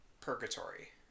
purgatory